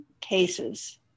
cases